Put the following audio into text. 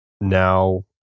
now